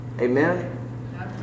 Amen